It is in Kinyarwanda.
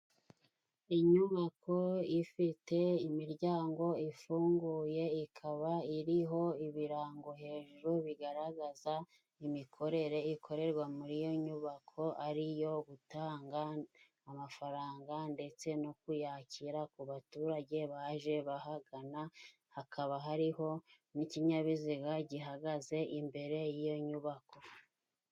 Inyubako ifite imiryango ifunguye ikaba iriho ibirango hejuru bigaragaza imikorere ikorerwa muri iyo nyubako ari iyo gutanga amafaranga ndetse no kuyakira ku baturage baje bahagana hakaba hariho n'ikinyabiziga gihagaze imbere y'iyo nyubako.